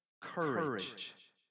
courage